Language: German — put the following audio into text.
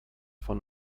von